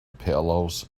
pillows